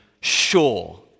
sure